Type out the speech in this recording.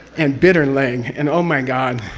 and bit her leg, and oh my god!